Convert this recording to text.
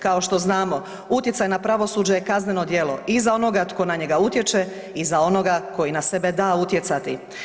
Kao što znamo, utjecaj na pravosuđe je kazneno djelo, i za onoga tko na njega utječe i za onoga koji na sebe da utjecati.